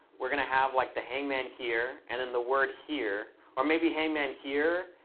we're going to have like the hangman here, and then the word here. or maybe hangman here,